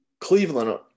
Cleveland